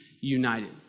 united